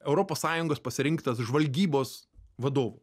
europos sąjungos pasirinktas žvalgybos vadovu